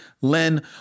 Len